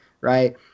right